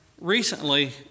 Recently